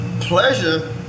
Pleasure